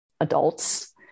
adults